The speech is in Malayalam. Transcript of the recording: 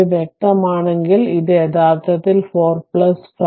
ഇത് വ്യക്തമാണെങ്കിൽ ഇത് യഥാർത്ഥത്തിൽ 45